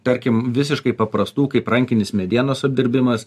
tarkim visiškai paprastų kaip rankinis medienos apdirbimas